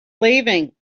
leaving